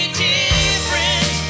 different